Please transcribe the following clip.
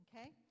okay